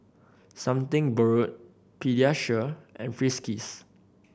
Something Borrowed Pediasure and Friskies